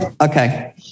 Okay